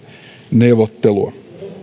neuvottelua